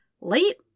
late